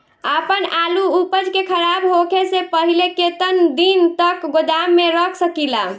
आपन आलू उपज के खराब होखे से पहिले केतन दिन तक गोदाम में रख सकिला?